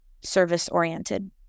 service-oriented